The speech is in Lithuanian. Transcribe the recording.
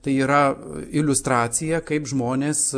tai yra iliustracija kaip žmonės